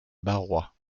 barrois